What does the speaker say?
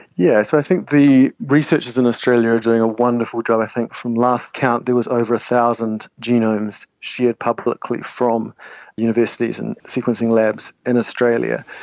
yeah so i think the researchers in australia are doing a wonderful job. i think from last count there was over one thousand genomes shared publicly from universities and sequencing labs in australia,